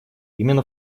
именно